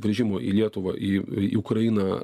grįžimo į lietuvą į į ukrainą